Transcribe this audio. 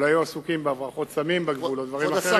ולא היו עסוקים בהברחות סמים בגבול או דברים אחרים.